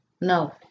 no